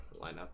lineup